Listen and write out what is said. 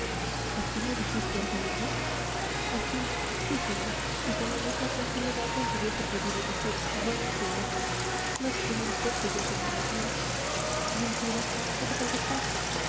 así lo dijiste antoniño así sí señor y con la misma tranquilidad con que hubiese podido decir buenos días no se figure usted que yo soy un gallina y el cura qué te contestó